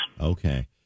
Okay